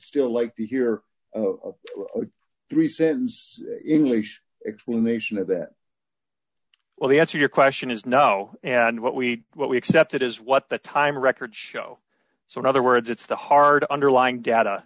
still like to hear three sens english explanation of that well the answer your question is no and what we what we accept it is what the time records show so in other words it's the hard underlying data